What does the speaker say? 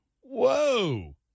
Whoa